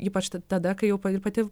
ypač tada kai jau ir pati